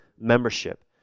membership